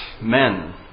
men